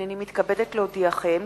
הנני מתכבדת להודיעכם,